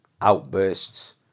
outbursts